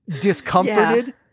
discomforted